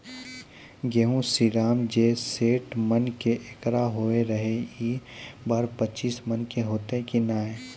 गेहूँ श्रीराम जे सैठ मन के एकरऽ होय रहे ई बार पचीस मन के होते कि नेय?